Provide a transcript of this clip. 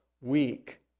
weak